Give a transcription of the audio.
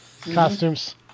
costumes